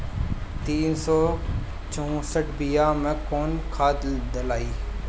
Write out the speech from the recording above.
तीन सउ चउसठ बिया मे कौन खाद दलाई?